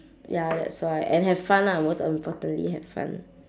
ya that's why and have fun lah most importantly have fun